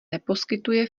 neposkytuje